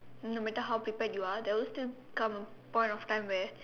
no matter how prepared you are there will still come a point of time where